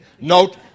Note